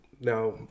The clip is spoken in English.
now